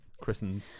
christened